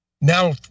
now